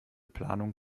planung